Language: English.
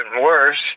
worse